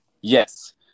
Yes